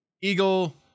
eagle